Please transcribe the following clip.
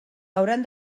hauran